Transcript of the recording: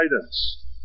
guidance